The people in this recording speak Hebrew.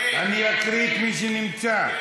אני אקריא את מי שנמצא.